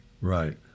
Right